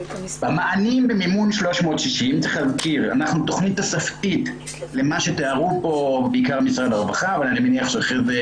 אנחנו תכנית תוספתית למה שתיארו פה משרד הרווחה.